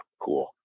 cool